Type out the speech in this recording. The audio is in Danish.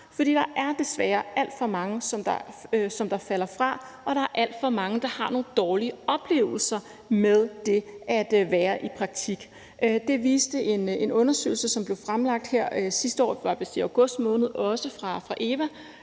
desværre alt for mange, der falder fra, og der er alt for mange, der har nogle dårlige oplevelser med det at være i praktik. Det viste en undersøgelse fra EVA også, som blev fremlagt her sidste år – det var vist i august